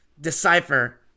decipher